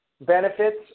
benefits